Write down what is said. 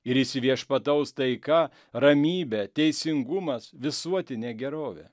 ir įsiviešpataus taika ramybė teisingumas visuotinė gerovė